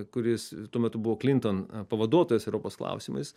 kuris tuo metu buvo klinton pavaduotojas europos klausimais